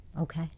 Okay